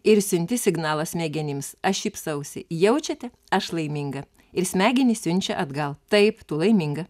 ir siunti signalą smegenims aš šypsausi jaučiate aš laiminga ir smegenys siunčia atgal taip tu laiminga